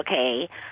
okay